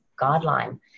guideline